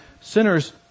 sinners